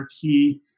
key